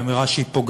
והיא אמירה פוגענית,